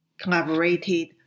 collaborated